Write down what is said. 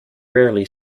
rarely